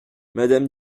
madame